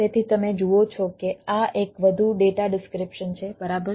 તેથી તમે જુઓ છો કે આ એક વધુ ડેટા ડિસ્ક્રીપ્શન છે બરાબર